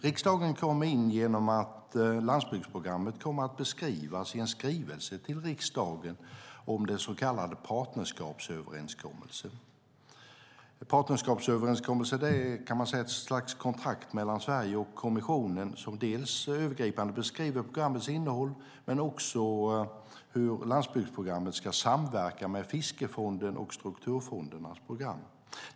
Riksdagen kommer in genom att landsbygdsprogrammet kommer att beskrivas i en skrivelse till riksdagen om den så kallade partnerskapsöverenskommelsen. Partnerskapsöverenskommelsen är ett slags kontrakt mellan Sverige och kommissionen som övergripande beskriver dels landsbygdsprogrammets innehåll, dels hur landsbygdsprogrammet ska samverka med Fiskerifonden och strukturfondernas program.